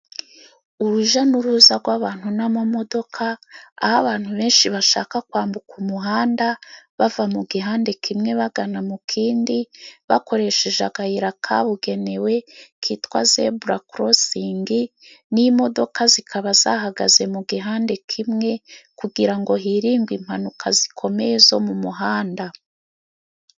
Uruja n'uruza gw'abantu n'amamodoka, aho abantu benshi bashaka kwambuka umuhanda bava mu gihande kimwe bagana mu kindi bakoresheje akayira kabugenewe kitwa zebura korosingi, n'imodoka zikaba zahagaze mu gihande kimwe kugira ngo hirindwe impanuka zikomeye zo mu muhanda.